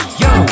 yo